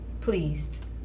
pleased